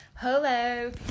Hello